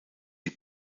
die